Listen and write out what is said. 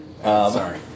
Sorry